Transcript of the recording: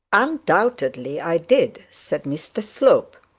undoubtedly i did said mr slope,